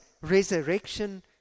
resurrection